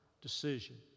decision